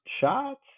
shots